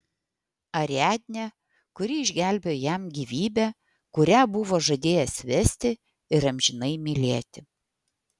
ariadnę kuri išgelbėjo jam gyvybę kurią buvo žadėjęs vesti ir amžinai mylėti